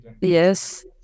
Yes